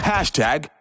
Hashtag